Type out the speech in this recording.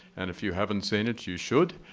and if you haven't seen it, you should,